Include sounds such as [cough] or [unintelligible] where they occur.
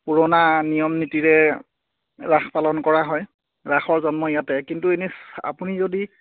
পুৰণা নিয়ম নীতিৰে ৰাস পালন কৰা হয় ৰাসৰ জন্ম ইয়াতে কিন্তু ইনেই [unintelligible] আপুনি যদি